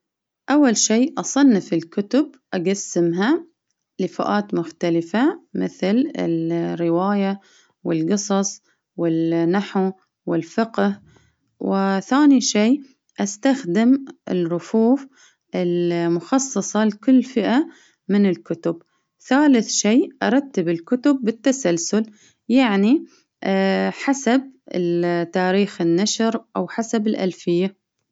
أول شي أصنف الكتب أقسمها لفئات مختلفة، مثل ال-الرواية، والقصص وال-النحو والفقه ،وثاني شيء استخدم الرفوف المخصصة لكل فئة، من ثالث شيء أرتب الكتب بالتسلسل، يعني حسب تاريخ النشر، أو حسب الألفية.